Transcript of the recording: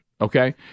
Okay